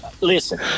Listen